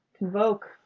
Convoke